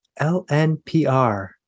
LNPR